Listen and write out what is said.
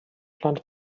plant